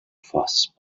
fassent